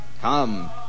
Come